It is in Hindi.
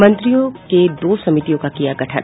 मंत्रियों के दो समितियों का किया गया गठन